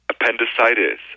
appendicitis